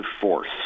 force